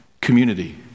community